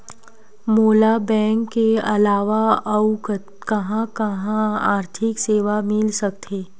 मोला बैंक के अलावा आऊ कहां कहा आर्थिक सेवा मिल सकथे?